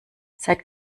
seit